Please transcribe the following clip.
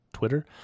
Twitter